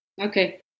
Okay